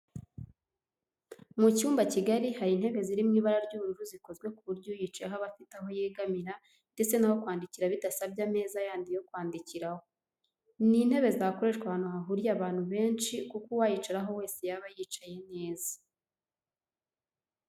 Mu cyumba kigari hari intebe ziri mu ibara ry'ubururu zikozwe ku buryo uyicayeho aba afite aho yegamira ndetse n'aho kwandikira bidasabye ameza yandi yo kwandikiraho. Ni intebe zakoreshwa ahantu hahuriye abantu benshi kuko uwayicaraho wese yaba yicaye neza.